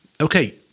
Okay